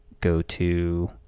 go-to